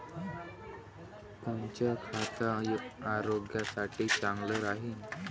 कोनचं खत आरोग्यासाठी चांगलं राहीन?